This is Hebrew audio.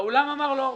האולם אמר לו: